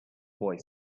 boy